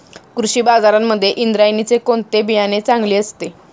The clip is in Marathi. कृषी बाजारांमध्ये इंद्रायणीचे कोणते बियाणे चांगले असते?